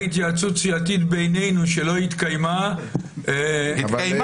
התייעצות סיעתית בינינו שלא התקיימה --- התקיימה,